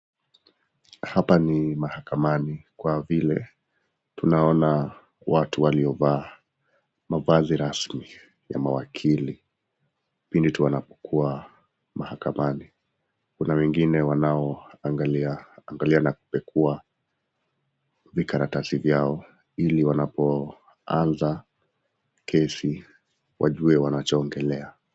Hapa ni mahakamani kwa vile tunaona watu waliovaa mavazi rasmi ya mawakili, pindi tu wanapokuwa mahakamani. Kuna wengine wanaoangali na kupekua vikaratasi vyao, ili wanapoanza kesi wajue wanachoongelea.